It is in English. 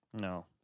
No